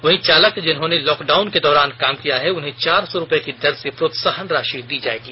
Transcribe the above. वहीं चालक जिन्होंने लॉकडाउन के दौरान काम किया है उन्हें चार सौ रूपये की दर से प्रोत्साहन राशि दी जाएगी